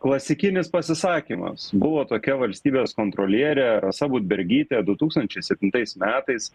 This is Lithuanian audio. klasikinis pasisakymas buvo tokia valstybės kontrolierė rasa budbergytė du tūkstančiais septintais metais